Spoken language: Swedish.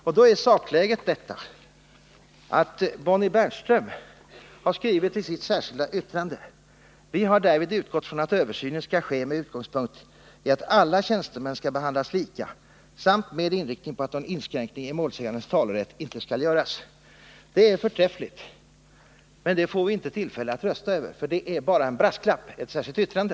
Sakläget borde vara detta som Bonnie Bernström har skrivit i sitt särskilda yttrande: ”Vi har därvid utgått från att översynen skall ske med utgångspunkt i att alla tjänstemän skall behandlas lika samt med inriktning på att någon inskränkning i målsägandens talerätt inte skall göras.” Det är förträffligt. Tyvärr får vi inte tillfälle att biträda hennes mening, eftersom det här bara gäller en brasklapp i form av ett särskilt yttrande.